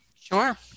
Sure